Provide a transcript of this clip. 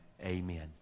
Amen